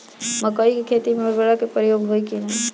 मकई के खेती में उर्वरक के प्रयोग होई की ना?